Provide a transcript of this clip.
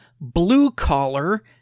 blue-collar